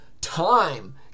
time